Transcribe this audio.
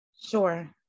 Sure